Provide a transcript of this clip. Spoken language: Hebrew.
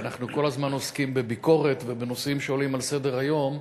כי אנחנו כל הזמן עוסקים בביקורת ובנושאים שעולים על סדר-היום,